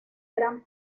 gran